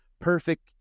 Perfect